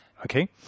Okay